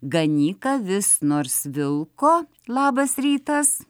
ganyk avis nors vilko labas rytas